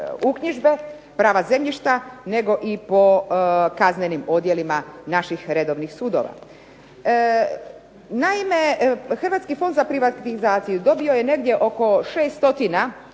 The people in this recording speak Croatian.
uknjižbe, prava zemljišta nego i po kaznenim odjelima naših redovnih sudova. Naime, Hrvatski fond za privatizaciju dobio je negdje oko 600